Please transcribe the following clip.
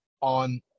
On